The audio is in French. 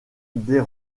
des